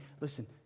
listen